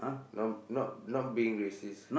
not not not being racist